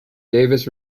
davis